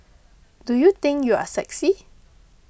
do you think you are sexy